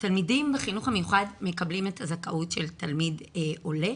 תלמידים בחינוך המיוחד מקבלים את הזכאות של תלמיד עולה.